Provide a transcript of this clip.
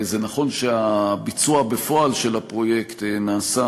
זה נכון שהביצוע בפועל של הפרויקט נעשה